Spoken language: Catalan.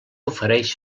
ofereix